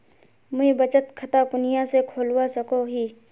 मुई बचत खता कुनियाँ से खोलवा सको ही?